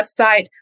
website